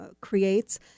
creates